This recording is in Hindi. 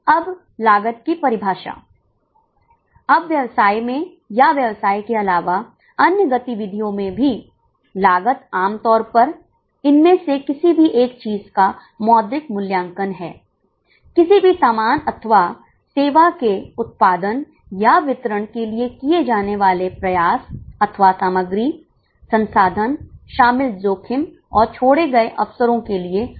अब लागत की परिभाषा अब व्यवसाय में या व्यवसाय के अलावा अन्य गतिविधियों में भी लागत आमतौर पर इनमें से किसी भी एक चीज का एक मौद्रिक मूल्यांकन है किसी भी सामान अथवा सेवा के उत्पादन या वितरण के लिए किए जाने वाले प्रयास अथवा सामग्री संसाधन शामिल जोखिम और छोड़े गए अफसरों के लिए हो सकता है